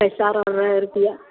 पैसा आर रहए रुपैआ